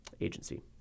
agency